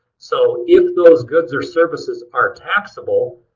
so if those goods or services are taxable,